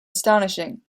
astonishing